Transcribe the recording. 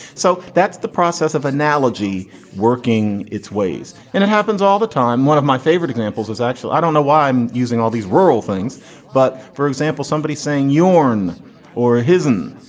so that's the process of analogy working its ways and it happens all the time. one of my favorite examples is actually i don't know why i'm using all these rural things but for example somebody saying yawn or his own.